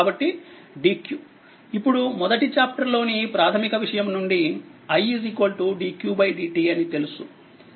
కాబట్టి dq ఇప్పుడుమొదటి chapter లోని ప్రాథమిక విషయంనుండిi dq dt అని తెలుసు